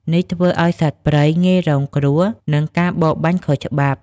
នេះធ្វើឱ្យសត្វព្រៃងាយរងគ្រោះនឹងការបរបាញ់ខុសច្បាប់។